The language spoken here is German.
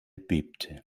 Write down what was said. bebte